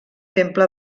temple